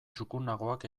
txukunagoak